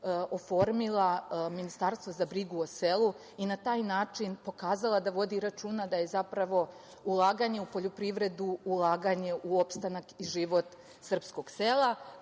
oformila Ministarstvo za brigu o selu i na taj način pokazala da vodi računa da je zapravo ulaganje u poljoprivredu ulaganje u opstanak i život srpskog sela,